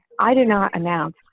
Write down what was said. i do not announce.